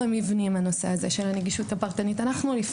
נושא הנגישות הפרטנית הוא לא רק במבנים.